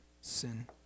sin